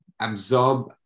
absorb